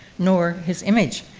nor his image,